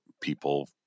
people